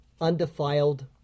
undefiled